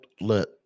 let